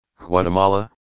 Guatemala